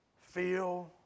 Feel